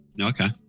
Okay